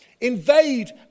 invade